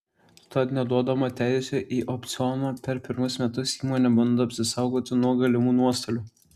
tad neduodama teisių į opcioną per pirmus metus įmonė bando apsisaugoti nuo galimų nuostolių